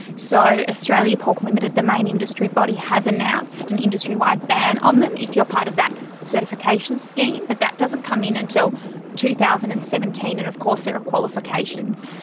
so australia pork ltd, the main industry body, has announced an industry wide ban on them if you are part of that certification scheme, but that doesn't come in until two thousand and seventeen, and of course there are qualifications.